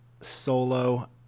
solo